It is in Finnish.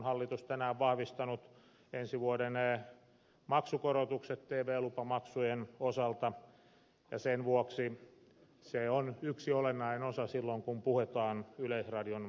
hallitus on tänään vahvistanut ensi vuoden maksukorotukset tv lupamaksujen osalta ja sen vuoksi se on yksi olennainen osa silloin kun puhutaan yleisradion tulevaisuudesta